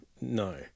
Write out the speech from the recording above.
No